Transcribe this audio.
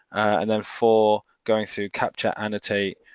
and then four going through capture, annotate,